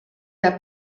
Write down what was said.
der